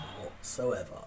whatsoever